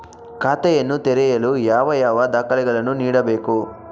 ಖಾತೆಯನ್ನು ತೆರೆಯಲು ಯಾವ ಯಾವ ದಾಖಲೆಗಳನ್ನು ನೀಡಬೇಕು?